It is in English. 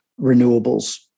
renewables